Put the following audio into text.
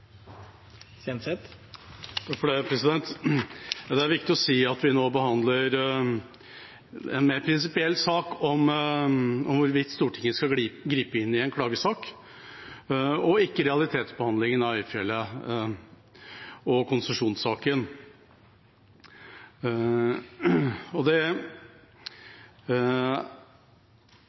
viktig å si at vi nå behandler en mer prinsipiell sak om hvorvidt Stortinget skal gripe inn i en klagesak – og ikke realitetsbehandlingen av Øyfjellet og konsesjonssaken. Dette er en myndighet vi har lagt til NVE og